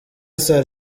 sarah